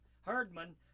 Herdman